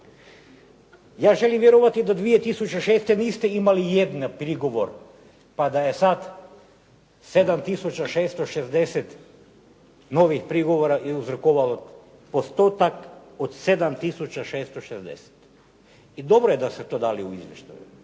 Ja želim vjerovati do 2006. niste imali jedan prigovor pa da je sad 7660 novih prigovora je uzrokovalo postotak od 7660. I dobro je da ste to dali u izvještaju.